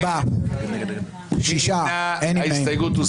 הצבעה ההסתייגות לא התקבלה.